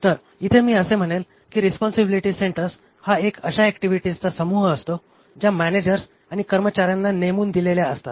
तर इथे मी असे म्हणेल की रिस्पोन्सिबिलीटी सेन्टर्स हा अशा ऍक्टिव्हिटीजचा समूह असतो ज्या मॅनेजर्स आणि कर्मचाऱ्यांना नेमून दिलेल्या असतात